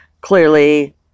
clearly